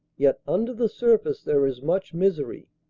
yet under the surface there is much misery.